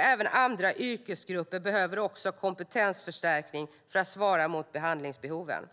Även andra yrkesgrupper behöver kompetensförstärkning för att svara mot behandlingsbehoven.